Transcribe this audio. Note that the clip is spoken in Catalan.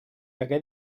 hagué